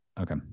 Okay